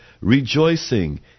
rejoicing